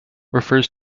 refers